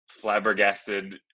flabbergasted